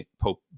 Pope